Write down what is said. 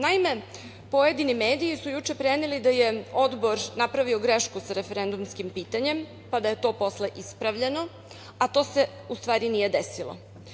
Naime, pojedini mediji su juče preneli da je Odbor napravio grešku sa referendumskim pitanje, pa da je to posle ispravljeno, a to se u stvari nije desilo.